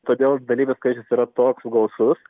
todėl dalyvių skaičius yra toks gausus